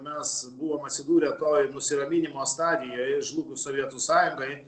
mes buvom atsidūrę toj nusiraminimo stadijoj žlugus sovietų sąjungai